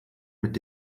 mit